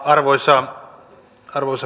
arvoisa puhemies